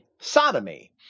sodomy